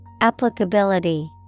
Applicability